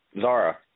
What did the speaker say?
Zara